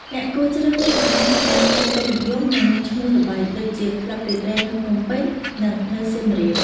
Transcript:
អ្នកគួរជ្រើសរើសកន្លែងដែលមានការពេញនិយម និងមានឈ្មោះល្បី ដូចជាក្លឹបរាត្រីនៅភ្នំពេញ និងនៅសៀមរាប ។